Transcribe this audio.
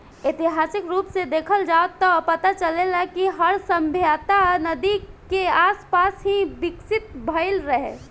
ऐतिहासिक रूप से देखल जाव त पता चलेला कि हर सभ्यता नदी के आसपास ही विकसित भईल रहे